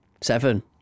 Seven